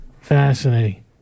Fascinating